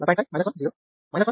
5 1 0 1 1